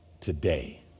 today